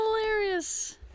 hilarious